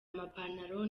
amapantaro